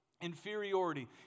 Inferiority